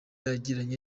yagiranye